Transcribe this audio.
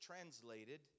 translated